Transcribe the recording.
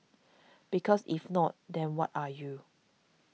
because if not then what are you